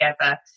together